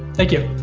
thank you